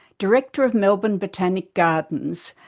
director of melbourne botanic gardens,